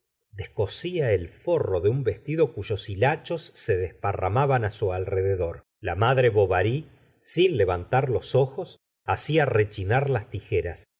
descosía el forro de un vestido cuyos hilachos se desparramaban á su alrededor la madre bovary sin levantar los ojos hacia rechinar las tijeras y